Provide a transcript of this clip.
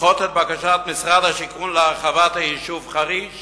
לדחות את בקשת משרד השיכון להרחבת היישוב חריש